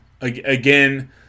Again